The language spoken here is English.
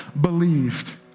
believed